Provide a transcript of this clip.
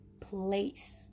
place